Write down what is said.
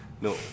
No